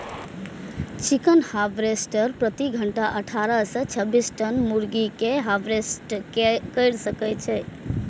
chicken harvester प्रति घंटा अट्ठारह सं छब्बीस टन मुर्गी कें हार्वेस्ट कैर सकै छै